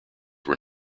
were